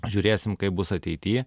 žiūrėsim kaip bus ateity